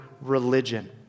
religion